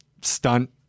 stunt